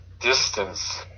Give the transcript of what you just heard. distance